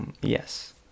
yes